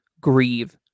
grieve